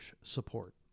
support